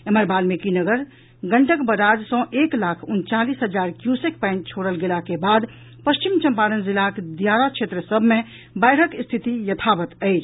एम्हर बाल्मीकिनगर गंडक बराज सँ एक लाख उनचालीस हजार क्यूसेक पानि छोड़ल गेला के बाद पश्चिम चंपारण जिलाक दियारा क्षेत्र सभ मे बाढ़िक रिथति यथावत अछि